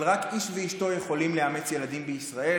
אבל רק איש ואשתו יכולים לאמץ ילדים בישראל.